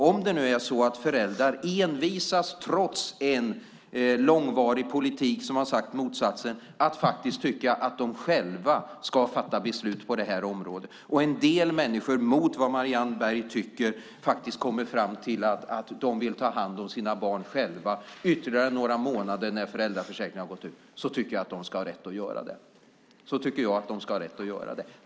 Om föräldrar envisas, trots en långvarig politik som har sagt motsatsen, att tycka att de själva ska fatta beslut på det här området, och en del människor mot vad Marianne Berg tycker kommer fram till att de vill ta hand om sina barn själva ytterligare några månader när föräldraförsäkringen har gått ut, så tycker jag att de ska ha rätt att göra det.